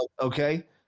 okay